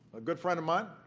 a good friend of mine